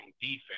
defense